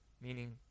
meaning